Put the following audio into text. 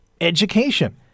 education